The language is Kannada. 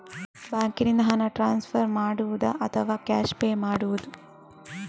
ಬ್ಯಾಂಕಿನಿಂದ ಹಣ ಟ್ರಾನ್ಸ್ಫರ್ ಮಾಡುವುದ ಅಥವಾ ಕ್ಯಾಶ್ ಪೇ ಮಾಡುವುದು?